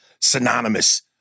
synonymous